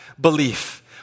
belief